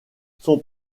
son